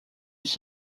used